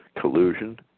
collusion